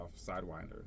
Sidewinder